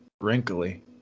wrinkly